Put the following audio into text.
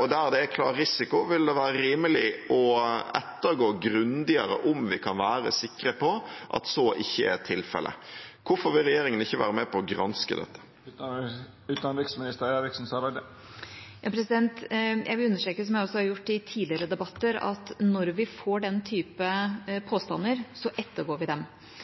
Og der det er klar risiko, vil det være rimelig å ettergå grundigere om vi kan være sikre på at så ikke er tilfellet. Hvorfor vil ikke regjeringen være med på å granske dette? Jeg vil understreke, som jeg også har gjort i tidligere debatter, at når det kommer den typen påstander, ettergår vi dem.